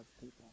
people